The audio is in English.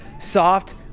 soft